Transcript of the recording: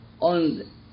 on